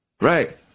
Right